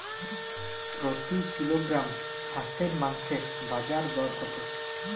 প্রতি কিলোগ্রাম হাঁসের মাংসের বাজার দর কত?